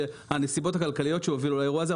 לנסיבות הכלכליות שהובילו לאירוע הזה,